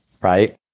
right